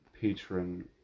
patron